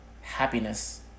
Happiness